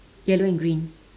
yellow and green